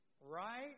right